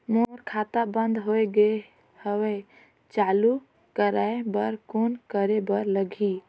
मोर खाता बंद हो गे हवय चालू कराय बर कौन करे बर लगही?